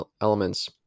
elements